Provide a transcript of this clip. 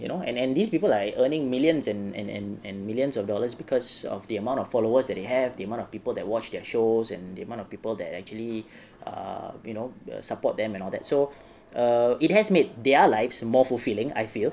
you know and and these people are earning millions and and and and millions of dollars because of the amount of followers that they have the amount of people that watch their shows and the amount of people that actually err you know uh support them and all that so err it has made their lives more fulfilling I feel